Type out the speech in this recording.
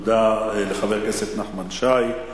תודה לחבר הכנסת נחמן שי.